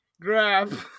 grab